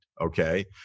okay